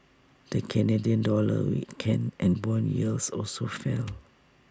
the Canadian dollar weakened and Bond yields also fell